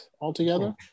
altogether